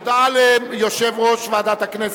הודעה ליושב-ראש ועדת הכנסת.